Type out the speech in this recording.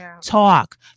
talk